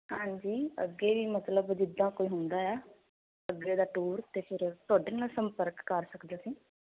ਹਾਂਜੀ ਅੱਗੇ ਵੀ ਮਤਲਬ ਜਿੱਦਾਂ ਕੋਈ ਹੁੰਦਾ ਆ ਅੱਗੇ ਦਾ ਟੂਰ ਤਾਂ ਫੇਰ ਤੁਹਾਡੇ ਨਾਲ ਸੰਪਰਕ ਕਰ ਸਕਦੇ ਅਸੀਂ